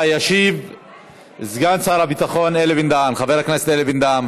ישיב סגן שר הביטחון חבר הכנסת אלי בן-דהן.